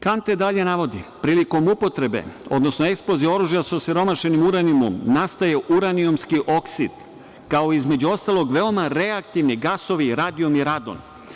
Kante dalje navodi - prilikom upotrebe, odnosno eksplozije sa osiromašenim uranijumom nastaje uranijumski oksid, kao između ostalog, veoma reaktivni gasovi radijum i radon.